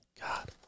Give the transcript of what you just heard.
God